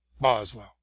Boswell